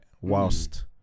Whilst